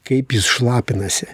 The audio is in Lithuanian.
kaip jis šlapinasi